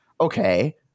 Okay